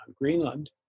Greenland